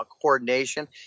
coordination